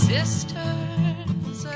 Sisters